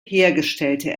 hergestellte